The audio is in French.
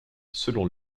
selon